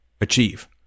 achieve